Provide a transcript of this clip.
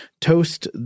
toast